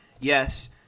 Yes